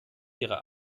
ihrer